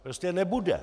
Prostě nebude!